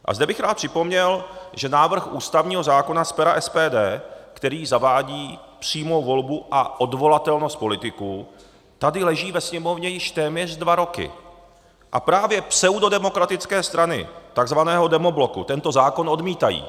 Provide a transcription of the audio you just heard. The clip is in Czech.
A zde bych rád připomněl, že návrh ústavního zákona z pera SPD, který zavádí přímou volbu a odvolatelnost politiků, tady leží ve Sněmovně již téměř dva roky a právě pseudodemokratické strany tzv. demobloku tento zákon odmítají.